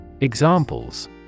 Examples